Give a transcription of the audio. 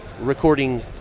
recording